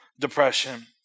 depression